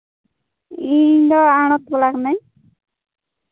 ᱤᱧ ᱫᱚ ᱟᱲᱚᱛ ᱵᱟᱞᱟ ᱠᱟᱹᱱᱟᱹᱧ